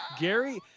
Gary